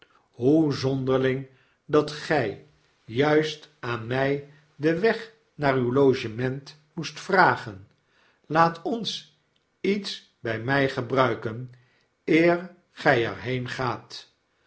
hoe zonderling dat gy juist aan my den weg naar uw logement moest vragen laat ons iets bij mij gebruiken eer gij er